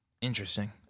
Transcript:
Interesting